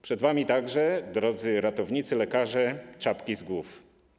Przed wami także, drodzy ratownicy, lekarze, czapki z głów.